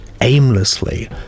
aimlessly